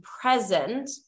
present